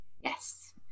Yes